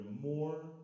more